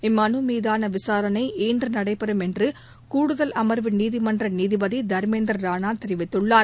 இம்மனுமீதான விசாரணை இன்று நடைபெறும் என்று கூடுதல் அமர்வு நீதிமன்ற நீதிபதி தர்மேந்தர் ராணா தெரிவித்துள்ளார்